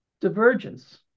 divergence